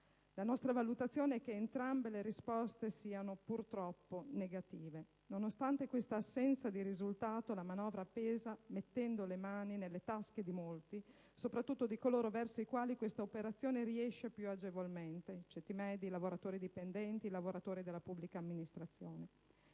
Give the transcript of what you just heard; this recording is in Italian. La nostra valutazione è che entrambe le risposte siano, purtroppo, negative. Nonostante questa assenza di risultato, la manovra pesa, mettendo le mani nelle tasche di molti, soprattutto di coloro verso i quali questa operazione riesce più agevolmente: ceti medi, lavoratori dipendenti, lavoratori della pubblica amministrazione.